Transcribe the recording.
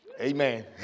Amen